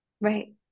right